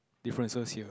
differences here